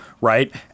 right